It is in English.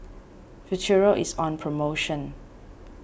Futuro is on promotion